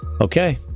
Okay